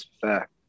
fair